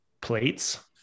plates